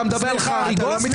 אתה מדבר על חריגות?